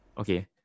Okay